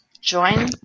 join